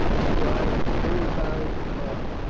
astride a full-barreled cob,